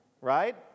Right